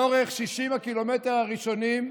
לאורך 60 הקילומטר הראשונים,